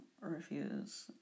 refuse